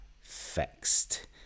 fixed